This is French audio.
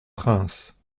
princes